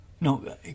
no